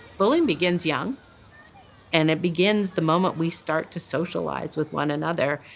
bullying begins young and it begins the moment we start to socialize with one another,